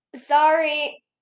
Sorry